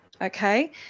okay